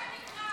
--- הבנת הנקרא.